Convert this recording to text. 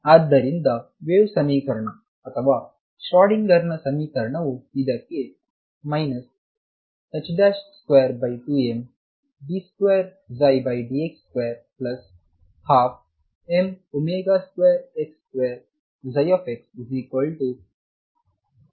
ಆದ್ದರಿಂದ ವೇವ್ ಸಮೀಕರಣ ಅಥವಾ ಶ್ರೋಡಿಂಗರ್ನ ಸಮೀಕರಣವು ಇದಕ್ಕೆ 22md2dx2 12m2x2Eψಎಂದು ಆಗುತ್ತದೆ